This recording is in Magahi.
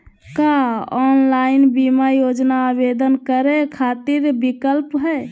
का ऑनलाइन बीमा योजना आवेदन करै खातिर विक्लप हई?